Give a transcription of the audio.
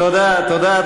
תודה.